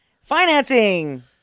Financing